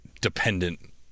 dependent